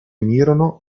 unirono